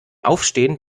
aufstehen